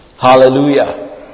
Hallelujah